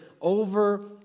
over